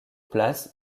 place